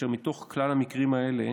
ומתוך כלל המקרים האלה